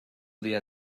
dia